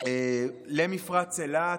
למפרץ אילת.